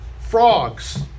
Frogs